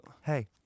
Hey